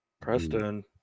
Preston